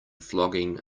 flogging